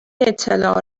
اطلاع